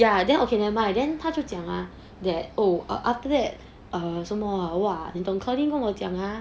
ya then okay never mind then 他就讲 ah that oh or after that err 什么 !wah! kelly 跟我讲 ah